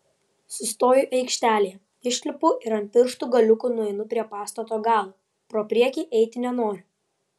sustoju aikštelėje išlipu ir ant pirštų galiukų nueinu prie pastato galo pro priekį eiti nenoriu